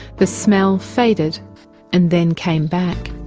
the smell faded and then came back.